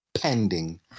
Pending